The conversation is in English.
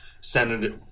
Senator